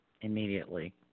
Immediately